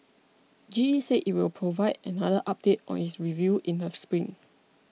G E said it will provide another update on its review in the spring